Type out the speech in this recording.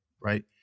right